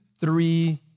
three